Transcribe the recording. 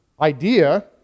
idea